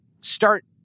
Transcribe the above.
start